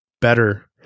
better